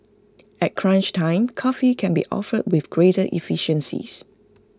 at crunch time coffee can be offered with greater efficiencies